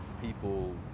people